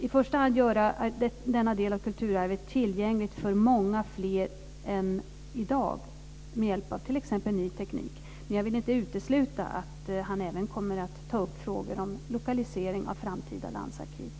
I första hand gäller det att göra denna del av kulturarvet tillgänglig för många fler än i dag med hjälp av t.ex. ny teknik. Men jag vill inte utesluta att han även kommer att ta upp frågor om lokalisering av framtida landsarkiv.